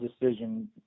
decision